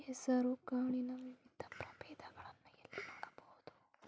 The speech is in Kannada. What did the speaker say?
ಹೆಸರು ಕಾಳಿನ ವಿವಿಧ ಪ್ರಭೇದಗಳನ್ನು ಎಲ್ಲಿ ನೋಡಬಹುದು?